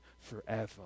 forever